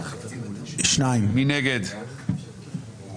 2 נמנעים.